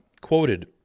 quoted